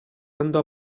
andò